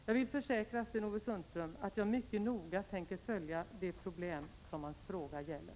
Jag vill försäkra Sten-Ove Sundström att jag mycket noga tänker följa det problem som hans fråga gäller.